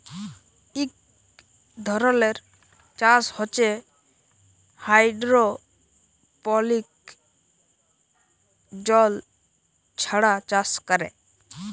ইক ধরলের চাষ হছে হাইডোরোপলিক্স জল ছাড়া চাষ ক্যরে